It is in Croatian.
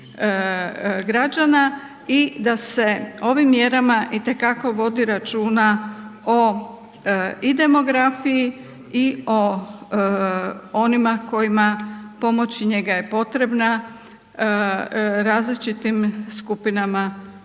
građana mjerama i te kako vodi računa o i demografiji i o onima kojima pomoć i njega je potrebna, različitim skupinama našeg